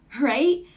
Right